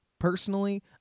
Personally